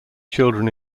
children